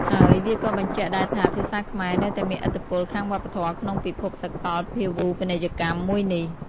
ហើយ វាក៏បញ្ជាក់ដែរថា ភាសាខ្មែរនៅតែមានឥទ្ធិពលខាងវប្បធម៌ក្នុងពិភពសាកលភាវូបនីយកម្មមួយនេះ។